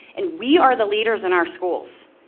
and we are the leaders in our schools.